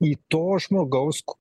į to žmogaus